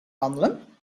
wandelen